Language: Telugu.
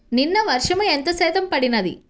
నిన్న వర్షము ఎంత శాతము పడినది?